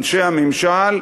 אנשי הממשל,